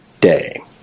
day